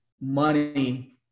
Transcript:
money